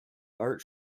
art